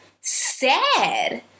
sad